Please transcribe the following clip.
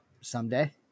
someday